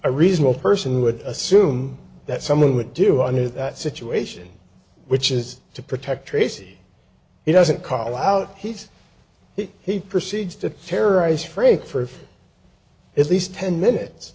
a reasonable person would assume that someone would do under that situation which is to protect tracy he doesn't call out his he proceeds to terrorize frank for at least ten minutes